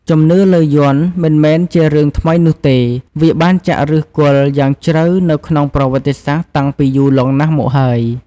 ជំនឿលើយ័ន្តមិនមែនជារឿងថ្មីនោះទេ វាបានចាក់ឫសគល់យ៉ាងជ្រៅនៅក្នុងប្រវត្តិសាស្ត្រតាំងពីយូរលង់ណាស់មកហើយ។